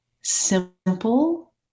simple